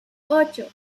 ocho